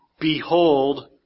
Behold